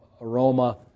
aroma